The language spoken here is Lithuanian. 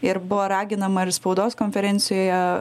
ir buvo raginama ir spaudos konferencijoje